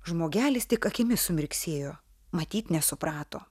žmogelis tik akimis sumirksėjo matyt nesuprato